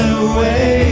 away